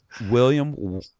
William